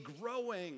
growing